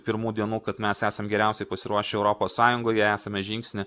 pirmų dienų kad mes esam geriausiai pasiruošę europos sąjungoje esame žingsnį